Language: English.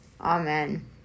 Amen